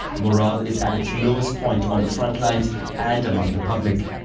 morale is at its lowest point on the frontlines and among the public.